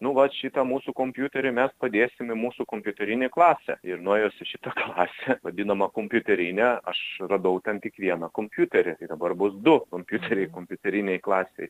nu vat šitą mūsų kompiuterį mes padėsim į mūsų kompiuterinę klasę ir nuėjus į šitą klasę vadinamą kompiuterinę aš radau ten tik vieną kompiuterį tai dabar bus du kompiuteriai kompiuterinėj klasėj